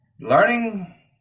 learning